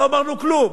לא אמרנו כלום.